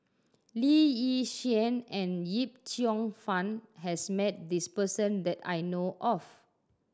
Lee Yi Shyan and Yip Cheong Fun has met this person that I know of